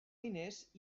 diners